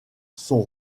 sont